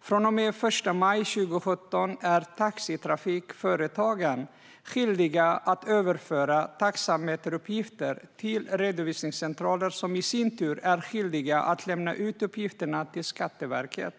Från den 1 maj 2017 är taxitrafikföretagen skyldiga att överföra taxameteruppgifter till redovisningscentraler som i sin tur är skyldiga att lämna ut uppgifterna till Skatteverket.